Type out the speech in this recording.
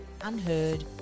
unheard